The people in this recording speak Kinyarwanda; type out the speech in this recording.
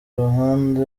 ruhande